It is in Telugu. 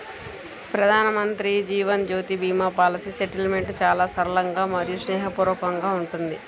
ప్రధానమంత్రి జీవన్ జ్యోతి భీమా పాలసీ సెటిల్మెంట్ చాలా సరళంగా మరియు స్నేహపూర్వకంగా ఉంటుంది